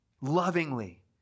lovingly